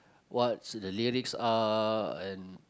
what's the lyrics are and